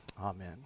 Amen